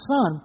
Son